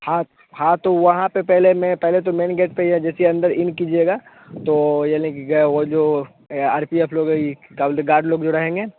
हाँ हाँ तो वहाँ पर पहले मैं पहले तो मैन गेट पर ही है जैसे ही अंदर इन कीजिएगा तो यानी कि ग वह जो आर पी एफ लो गई का बोलते हैं गार्ड लोग जो रहेंगे